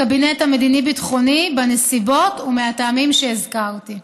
לקבינט המדיני-ביטחוני, בנסיבות ומהטעמים שהזכרתי.